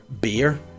beer